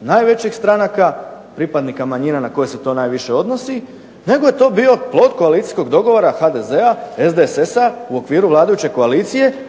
najvećih stranaka, pripadnika manjina na koje se to najviše odnosi nego je to bio plod koalicijskog dogovora HDZ-a – SDSS-a u okviru vladajuće koalicije